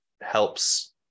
helps